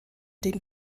dem